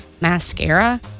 mascara